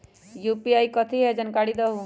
UPI कथी है? जानकारी दहु